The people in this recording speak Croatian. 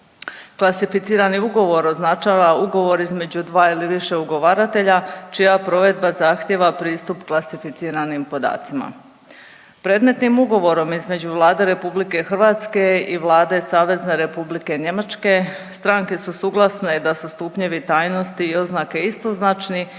Klasificirani ugovor označava ugovor između dva ili više ugovaratelja, čija provedba zahtijeva pristup klasificiranim podacima. Predmetnim ugovorom između Vlade RH i Vlade SR Njemačke stranke su suglasne da su stupnjevi tajnosti i oznake istoznačni